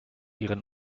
ihren